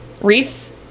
Reese